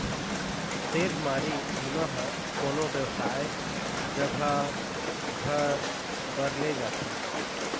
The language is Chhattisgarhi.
सेधमारी बीमा ह कोनो बेवसाय जघा घर बर ले जाथे